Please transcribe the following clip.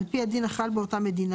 על פי הדין החל באותה מדינה,